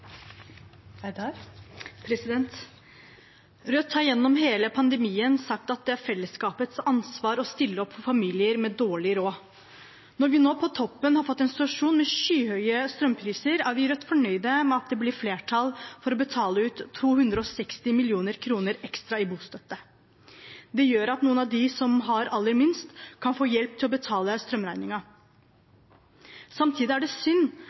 fellesskapets ansvar å stille opp for familier med dårlig råd. Når vi nå på toppen har fått en periode med skyhøye strømpriser, er vi i Rødt fornøyd med at det blir flertall for å betale ut 260 mill. kr ekstra i bostøtte. Det gjør at noen av de som har aller minst, kan få hjelp til å betale strømregningen. Samtidig er det synd